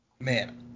Man